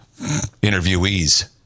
interviewees